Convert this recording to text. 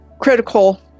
critical